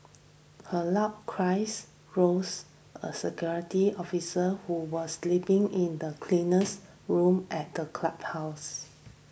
her loud cries roused a security officer who was sleeping in the cleaner's room at the clubhouse